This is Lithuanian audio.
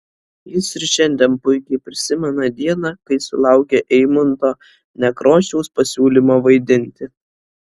jis ir šiandien puikiai prisimena dieną kai sulaukė eimunto nekrošiaus pasiūlymo vaidinti